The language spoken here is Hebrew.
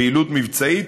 פעילות מבצעית,